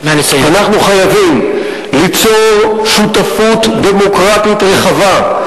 אנחנו חייבים ליצור שותפות דמוקרטית רחבה,